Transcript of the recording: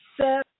seven